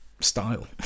style